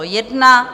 1.